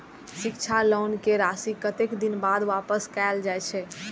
शिक्षा लोन के राशी कतेक दिन बाद वापस कायल जाय छै?